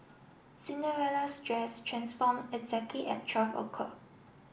Cinderella's dress transform exactly at twelve o'clock